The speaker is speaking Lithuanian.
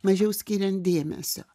mažiau skiriant dėmesio